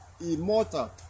immortal